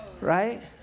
right